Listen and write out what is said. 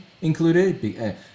included